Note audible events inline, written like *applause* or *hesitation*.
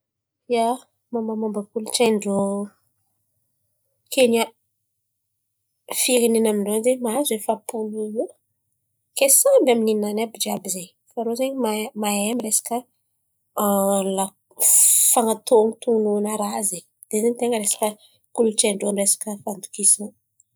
Ia, momba momba kolontsain̈y ndrô *noise* Kenia, firenena amin-drô zen̈y mahazo efa-polo eo kay samby aminany àby jiàby izen̈y. Fa rô zen̈y mahay mahay resaka *hesitation* lanko, fan̈otôtôn̈ona raha zen̈y zen̈y tena resaka kolontsain̈y resaka fandokisan̈a.